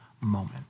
moment